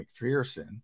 McPherson